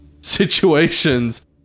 situations